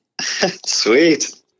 Sweet